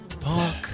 park